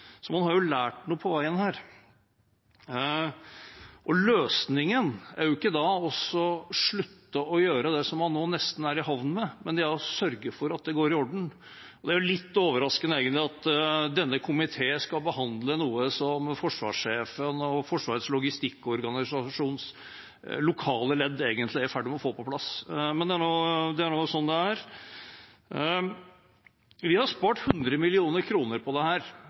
Så man har jo lært noe på veien. Løsningen er ikke å slutte å gjøre det som man nå nesten er i havn med, men å sørge for at det går i orden. Det er egentlig litt overraskende at denne komiteen skal behandle noe som forsvarssjefen og Forsvarets logistikkorganisasjons lokale ledd egentlig er i ferd med å få på plass. Men det er nå sånn det er. Vi har spart 100 mill. kr på dette. Det er penger som vi kan flytte over til Heimevernet – kjøpe ammunisjon, stridsvogner eller noe annet for. Det